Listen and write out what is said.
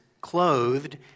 clothed